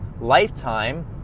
lifetime